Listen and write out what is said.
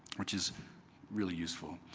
which is really useful.